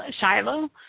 Shiloh